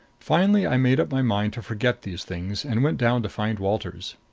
finally i made up my mind to forget these things and went down to find walters.